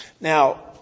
Now